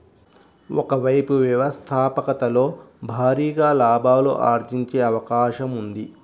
ఒక వైపు వ్యవస్థాపకతలో భారీగా లాభాలు ఆర్జించే అవకాశం ఉంది